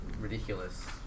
ridiculous